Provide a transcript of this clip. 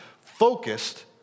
focused